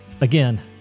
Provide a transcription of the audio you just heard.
Again